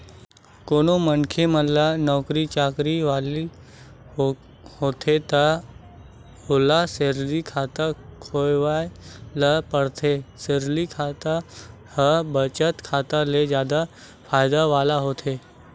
कोनो भी मनखे ह नउकरी चाकरी वाला होथे त ओला सेलरी खाता खोलवाए ल परथे, सेलरी खाता ह बचत खाता ले जादा फायदा वाला होथे